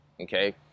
okay